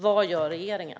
Vad gör regeringen?